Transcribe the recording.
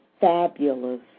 fabulous